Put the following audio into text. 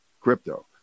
crypto